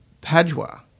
Padua